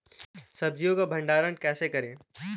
सब्जियों का भंडारण कैसे करें?